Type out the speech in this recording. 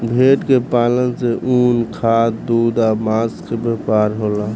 भेड़ के पालन से ऊन, खाद, दूध आ मांस के व्यापार होला